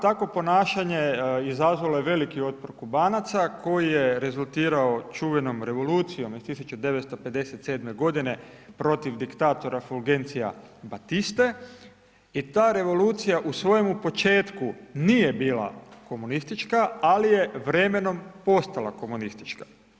Takvo ponašanje izazvalo je veliki otpor Kubanaca koji je rezultirao čuvenom Revolucijom iz 1957. godine protiv diktatora Fulgencio-a Batiste, i ta Revolucija u svojemu početku nije bila komunistička, ali je vremenom postala komunistička.